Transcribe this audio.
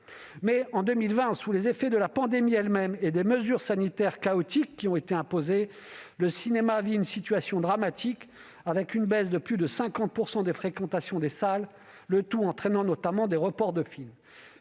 Mais, en 2020, sous les effets de la pandémie elle-même et des mesures sanitaires chaotiques qui ont été imposées, le cinéma vit une situation dramatique, avec une baisse de plus de 50 % des fréquentations des salles, le tout entraînant notamment des reports de film.